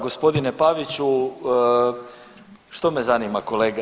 Gospodine Paviću što me zanima kolega?